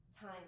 time